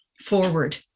forward